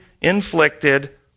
inflicted